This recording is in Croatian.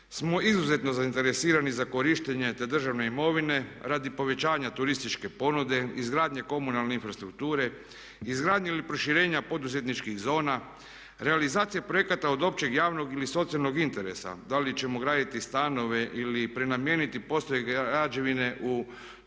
smo izuzetno zainteresirani za korištenje te državne imovine radi povećavanja turističke ponude, izgradnje komunalne infrastrukture, izgradnje ili proširenja poduzetničkih zona, realizacije projekata od općeg, javnog ili socijalnog interesa. Da li ćemo graditi stanove ili prenamijeniti postojeće građevine u